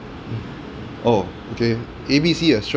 oh okay A B C restaur~